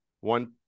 one